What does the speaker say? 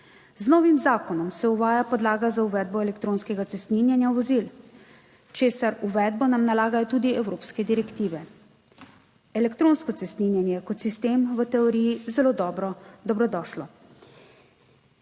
Z novim zakonom se uvaja podlaga za uvedbo elektronskega cestninjenja vozil, česar uvedbo nam nalagajo tudi evropske direktive. Elektronsko cestninjenje je kot sistem v teoriji zelo dobro,